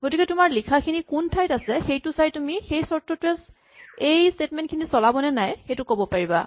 গতিকে তোমাৰ লিখাখিনি কোন ঠাইত আছে সেইটো চাই তুমি সেই চৰ্তটোৱে চলাব নে নাই ক'ব পাৰিবা